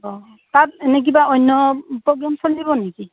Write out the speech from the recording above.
অঁ তাত এনেই কিবা অন্য প্ৰ'গ্ৰেম চলিব নেকি